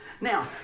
Now